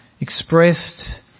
Expressed